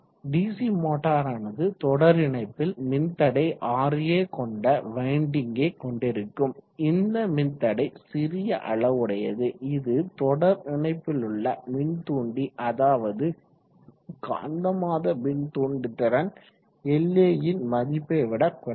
DC மோட்டாரானது தொடரிணைப்பில் மின்தடை Ra கொண்ட வைண்டிங்கை கொண்டிருக்கும் இந்த மின்தடை சிறிய அளவுடையது இது தொடரிணைப்பிலுள்ள மின்தூண்டி அதாவது காந்தமாத மின்தூண்டுதிறன் La ன் மதிப்பை விட குறைவு